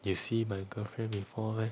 you see my girlfriend before meh